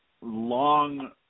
long